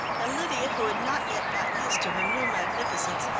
and lydia, who had not yet got used to her new magnificence,